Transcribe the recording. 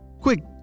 Quick